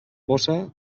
bossa